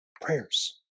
prayers